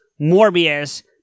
Morbius